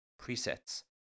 presets